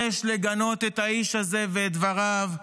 יש לגנות את האיש הזה ואת דבריו.